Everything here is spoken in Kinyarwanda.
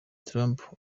trump